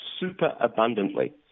superabundantly